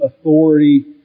authority